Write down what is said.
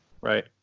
Right